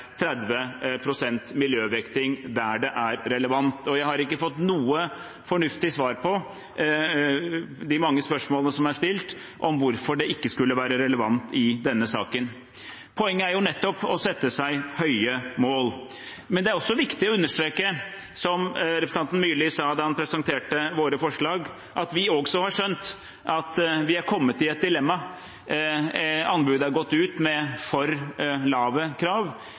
30 pst. miljøvekting der det er relevant. Jeg har ikke fått noe fornuftig svar på de mange spørsmålene som er stilt om hvorfor det ikke skulle være relevant i denne saken. Poenget er jo nettopp å sette seg høye mål. Men det er viktig å understreke, som representanten Myrli sa da han presenterte våre forslag, at vi også har skjønt at vi er kommet i et dilemma. Anbudet er gått ut med for lave krav.